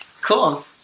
Cool